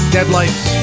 Deadlights